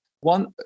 One